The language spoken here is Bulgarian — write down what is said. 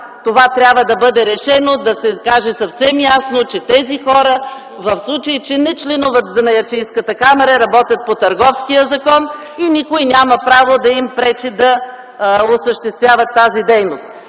Това трябва да бъде решено и да се каже съвсем ясно, че тези хора, в случай че не членуват в Занаятчийската камара, работят по Търговския закон и никой няма право да им пречи да осъществяват тази дейност.